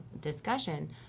discussion